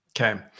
Okay